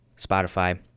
Spotify